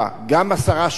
גם 10 שקלים.